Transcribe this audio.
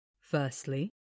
Firstly